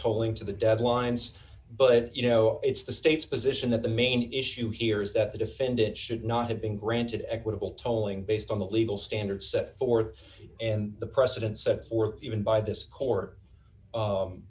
tolling to the deadlines but you know it's the state's position that the main issue here is that the defendant should not have been granted equitable tolling based on the legal standard set forth in the precedent set or even by this court